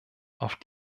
auf